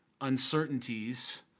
uncertainties